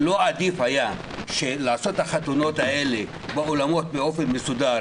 לא עדיף היה לעשות את החתונות האלה באולמות באופן מסודר